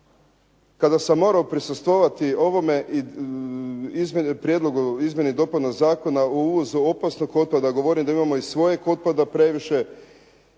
Kada sam morao prisustvovati ovome i izmjeni, prijedlogu i izmjeni dopune Zakona o uvozu opasnog otpada govori da imamo i svojeg otpada previše